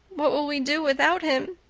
what will we do without him?